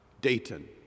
Dayton